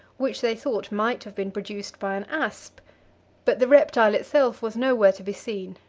which they thought might have been produced by an asp but the reptile itself was nowhere to be seen.